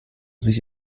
sich